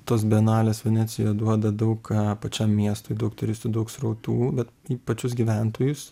tos bienalės venecija duoda daug ką pačiam miestui daug turistų daug srautų bet į pačius gyventojus